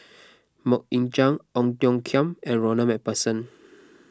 Mok Ying Jang Ong Tiong Khiam and Ronald MacPherson